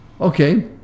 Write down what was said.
Okay